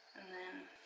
and then